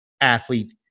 athlete